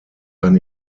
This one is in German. kann